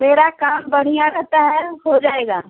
मेरा काम बढ़िया रहता है हो जाएगा